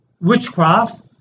witchcraft